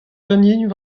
ganin